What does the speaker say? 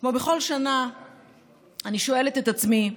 כמו בכל שנה אני שואלת את עצמי,